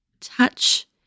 touch